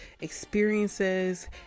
experiences